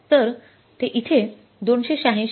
तर ते इथे २८६